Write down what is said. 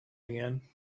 again